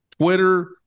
Twitter